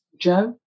Joe